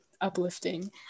uplifting